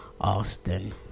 Austin